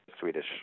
Swedish